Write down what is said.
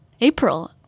April